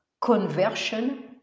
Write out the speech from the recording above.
conversion